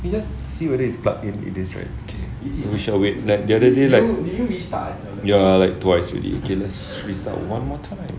can you just see whether it's plugged in it is right we shall wait like the other day like ya like twice already okay let's we restart one more time